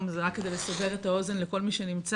היא רק כדי לסבר את האוזן לכל מי שנמצא,